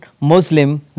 Muslim